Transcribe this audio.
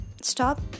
stop